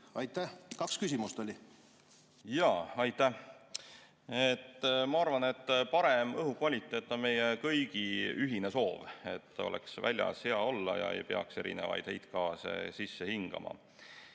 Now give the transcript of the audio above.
nii? Kaks küsimust oli. Jaa, aitäh! Ma arvan, et parem õhukvaliteet on meie kõigi ühine soov, et oleks väljas hea olla ja ei peaks erinevaid heitgaase sisse hingama.